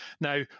Now